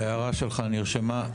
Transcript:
ההערה שלך נרשמה.